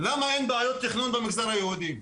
למה אין בעיות תכנון במגזר היהודי?